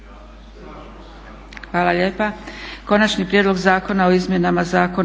vam lijepa.